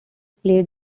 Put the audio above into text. played